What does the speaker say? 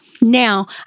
Now